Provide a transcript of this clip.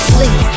Sleep